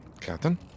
Captain